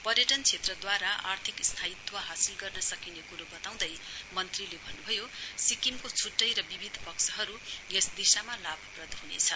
पर्यटन क्षेत्रद्वारा आर्थिक स्थायीत्व हासित गर्न सकिने कुरो बताउँदै मन्त्रीले भन्नुभयो सिक्किमको छुट्टै र विविध पक्षहरू यस दिशामा लाभप्रद् हुनेछ